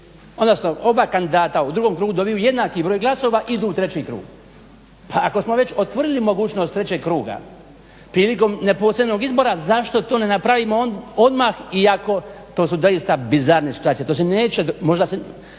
odnosno oba kandidata u drugom krugu dobiju jednaki broj glasova idu u treći krug, pa ako smo već utvrdili mogućnost trećeg kruga prilikom neposrednog izbora zašto to ne napravimo odmah iako to su zaista bizarne situacije, to se neće dogoditi,